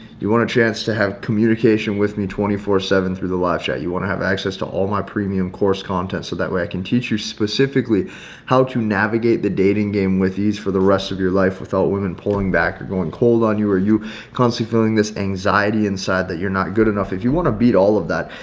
you want a chance to have communication with me twenty four seven through the live chat, you want to have access to all my premium course content so that way i can teach you specifically how to navigate the dating game with ease for the rest of your life without women pulling back or going cold on you are you constant feeling this anxiety inside that you're not good enough if you want to beat all of that,